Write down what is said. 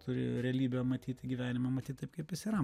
turi realybę matyti gyvenimą matyt taip kaip jis yra